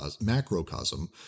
macrocosm